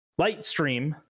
Lightstream